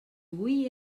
hui